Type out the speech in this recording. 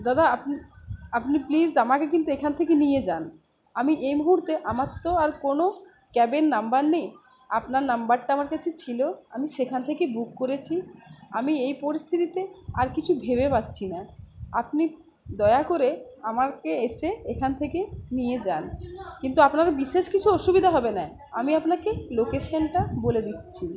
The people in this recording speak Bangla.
দাদা আপনি আপনি প্লিস আমাকে কিন্তু এখান থেকে নিয়ে যান আমি এই মুহুর্তে আমার তো আর কোনো ক্যাবের নাম্বার নেই আপনার নাম্বারটা আমার কাছে ছিলো আমি সেখান থেকে বুক করেছি আমি এই পরিস্থিতিতে আর কিছু ভেবে পাচ্ছি না আপনি দয়া করে আমাকে এসে এখান থেকে নিয়ে যান কিন্তু আপনারা বিশেষ কিছু অসুবিধা হবে না আমি আপনাকে লোকেশানটা বলে দিচ্ছি